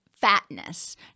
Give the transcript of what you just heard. fatness